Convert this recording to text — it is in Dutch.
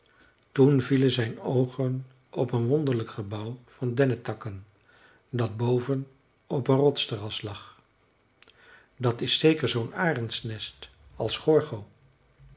toen vielen zijn oogen op een wonderlijk gebouw van dennetakken dat boven op een rotsterras lag dat is zeker zoo'n arendsnest als gorgo